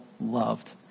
Loved